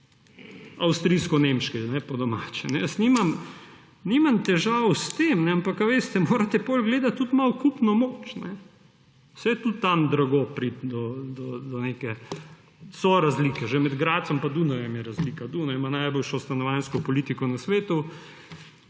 avstrijsko-nemški, po domače, jaz nimam težav s tem, ampak potem morate malo gledati tudi kupno moč. Saj je tudi tam drago, so razlike. Že med Gradcem pa Dunajem je razlika. Dunaj ima najboljšo stanovanjsko politiko na svetu,